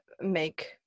make